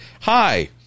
Hi